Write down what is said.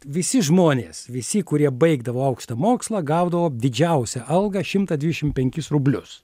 visi žmonės visi kurie baigdavo aukštą mokslą gaudavo didžiausią algą šimtą dvidešimt penkis rublius